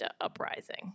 uprising